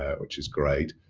which is great.